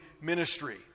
ministry